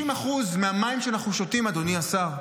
60% מהמים שאנחנו שותים, אדוני השר,